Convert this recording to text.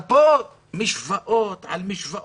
יש פה משוואות על משוואות.